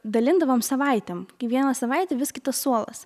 dalindavom savaitėm kiekvieną savaitę vis kitas suolas